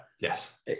Yes